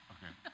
Okay